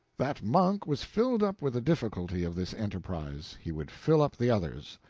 that monk was filled up with the difficulty of this enterprise he would fill up the others.